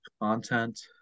content